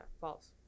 False